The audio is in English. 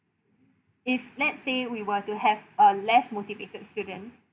if let's say we were to have a less motivated student